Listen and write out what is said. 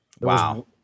Wow